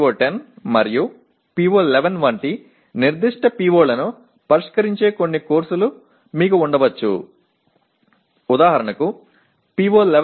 PO7 PO8 PO10 மற்றும் PO11 போன்ற குறிப்பிட்ட PO களைக் குறிக்கும் சில படிப்புகள் உங்களிடம் இருக்கலாம்